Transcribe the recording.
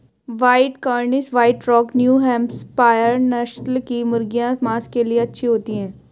white Cornish, white rock, new Hampshire नस्ल की मुर्गियाँ माँस के लिए अच्छी होती हैं